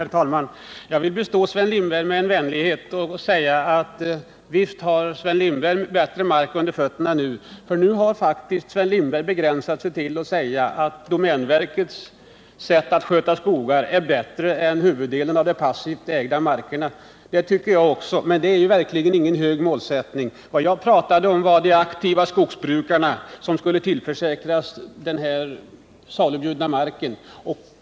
Herr talman! Jag vill bestå Sven Lindberg med en vänlighet och säga att visst har Sven Lindberg bättre mark under fötterna nu när han begränsat sig till att säga att domänverkets sätt att sköta skogar är bättre än vad som sker i huvuddelen av de passivt ägda markerna. Det tycker jag också, men det är verkligen ingen hög målsättning. Jag talade om att de aktiva skogsägarna borde tillförsäkras den här salubjudna marken.